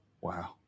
Wow